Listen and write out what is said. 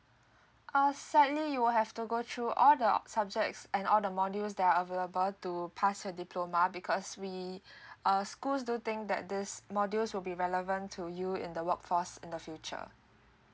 uh sadly you will have to go through all the opt subjects and all the modules that are available to pass your diploma because we uh schools do think that this modules will be relevant to you in the work force in the future